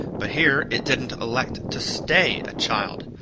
but here it didn't elect to stay a child.